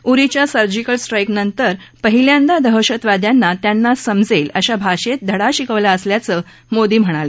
उरीच्या surgical स्ट्राईकनंतर पहिल्यांदा दहशतवाद्याना त्यांना समजेल अशा भाषेत धडा शिकवला असल्याचं मोदी म्हणाले